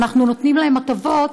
שאנחנו נותנים להם הטבות,